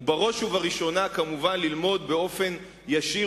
ובראש ובראשונה כמובן ללמוד באופן ישיר